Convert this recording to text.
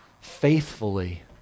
faithfully